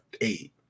eight